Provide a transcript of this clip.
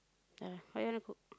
ya what you want to cook